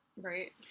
Right